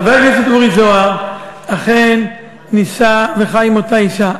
חבר הכנסת אורי זוהר אכן נישא וחי עם אותה אישה,